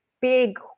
big